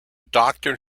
doctor